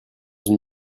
une